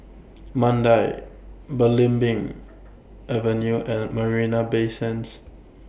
Mandai Belimbing Avenue and Marina Bay Sands